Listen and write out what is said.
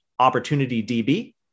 OpportunityDB